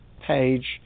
page